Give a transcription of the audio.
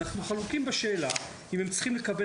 אנחנו חלוקים בשאלה אם הם צריכים לקבל